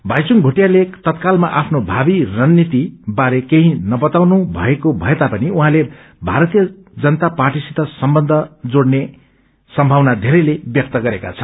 भाइचुङ भोटियाले तत्कालमा आफ्नो भावौ रणनीति बारे केही नवताउनु भएको भए तापनि उझँले भारतीय जनता पार्टीसित सम्बन्ध जोड्न सक्ने सम्भावना बेरैले व्यक्त गरेका छन्